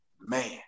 Man